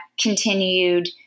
continued